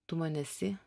tu man esi